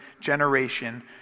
generation